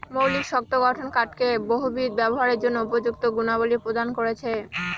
মৌলিক শক্ত গঠন কাঠকে বহুবিধ ব্যবহারের জন্য উপযুক্ত গুণাবলী প্রদান করেছে